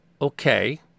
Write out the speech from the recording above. Okay